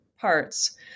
parts